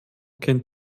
kennt